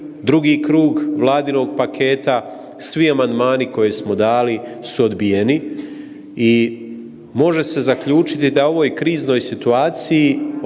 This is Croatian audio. drugi krug Vladinog paketa, svi amandmani koje smo dali su odbijeni i može se zaključiti da u ovoj kriznoj situaciji